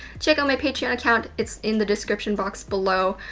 check out my patreon account. it's in the description box below.